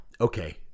okay